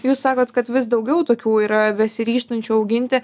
jūs sakot kad vis daugiau tokių yra besiryžtančių auginti